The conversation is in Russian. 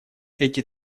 эти